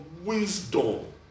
wisdom